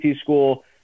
school